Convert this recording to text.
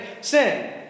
sin